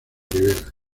rivera